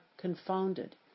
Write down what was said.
confounded